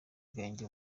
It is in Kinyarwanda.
agahenge